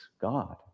God